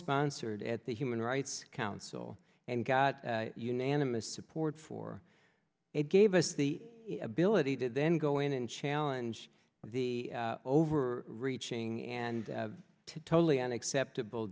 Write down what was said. sponsored at the human rights council and got unanimous support for it gave us the ability to then go in and challenge the over reaching and totally unacceptable